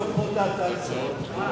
הצעות חוק שהופכות להצעה לסדר-היום.